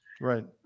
Right